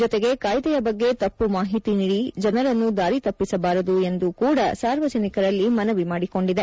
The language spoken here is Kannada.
ಜತೆಗೆ ಕಾಯ್ದೆಯ ಬಗ್ಗೆ ತಪ್ಪು ಮಾಹಿತಿ ನೀದಿ ಜನರನ್ನು ದಾರಿ ತಪ್ಪಿಸಬಾರದು ಎಂದು ಕೂಡ ಸಾರ್ವಜನಿಕರಲ್ಲಿ ಮನವಿ ಮಾಡಿಕೊಂಡಿದೆ